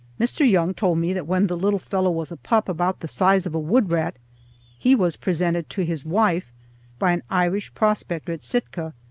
mr. young told me that when the little fellow was a pup about the size of a woodrat he was presented to his wife by an irish prospector at sitka,